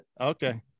Okay